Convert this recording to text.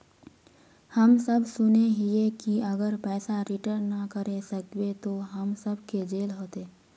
हम सब सुनैय हिये की अगर पैसा रिटर्न ना करे सकबे तो हम सब के जेल होते?